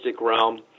realm